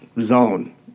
zone